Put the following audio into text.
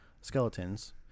skeletons